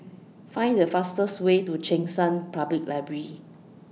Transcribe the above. Find The fastest Way to Cheng San Public Library